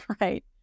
right